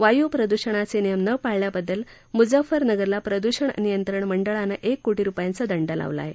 वायू प्रदुषणाचे नियम न पाळल्याबद्दल मुझफ्फरनगरला प्रदुषण नियंत्रण मंडळानं एक कोटी रुपयांचा दंड लावला आहे